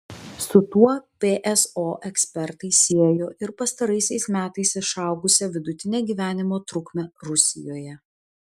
su tuo pso ekspertai siejo ir pastaraisiais metais išaugusią vidutinę gyvenimo trukmę rusijoje